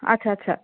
আচ্ছা আচ্ছা